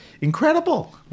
incredible